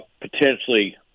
potentially